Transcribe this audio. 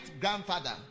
grandfather